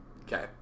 Okay